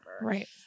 Right